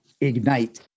ignite